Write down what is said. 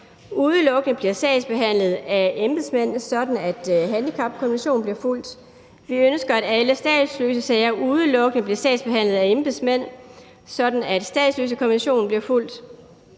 udelukkende bliver sagsbehandlet af embedsmænd, så handicapkonventionen bliver fulgt. Vi ønsker, at alle statsløsesager udelukkende bliver sagsbehandlet af embedsmænd, så statsløsekonventionen bliver fulgt.